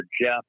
Jeff